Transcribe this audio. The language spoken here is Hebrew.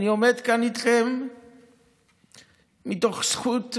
אני עומד כאן איתכם מתוך זכות מערערת,